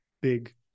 Big